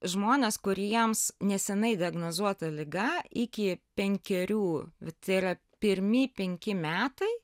žmonės kuriems neseniai diagnozuota liga iki penkerių tai yra pirmi penki metai